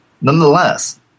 Nonetheless